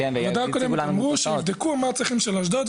בוועדה הקודמת אמרו שיבדקו מה הצרכים של אשדוד,